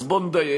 אז בוא נדייק.